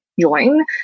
Join